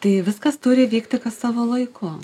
tai viskas turi vykti kas savo laiku